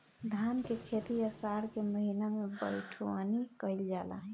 धान के खेती आषाढ़ के महीना में बइठुअनी कइल जाला?